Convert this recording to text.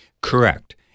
Correct